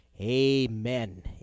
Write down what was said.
Amen